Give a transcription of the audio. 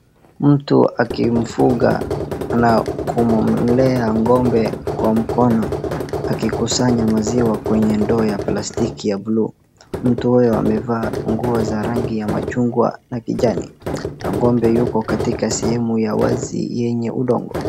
Mtu akimfuga na kumlea ng'ombe kwa mkono akikusanya maziwa kwenye ndoo ya plastiki ya blue mtu huyo amevaa nguo za rangi ya machungwa na kijani na ng'ombe iko katika sehemu ya wazi ya udongo.